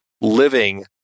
living